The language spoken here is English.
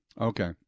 Okay